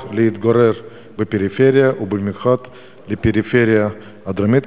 להתגורר בפריפריה ובמיוחד בפריפריה הדרומית,